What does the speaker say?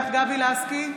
גבי לסקי,